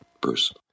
Bruce